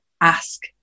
ask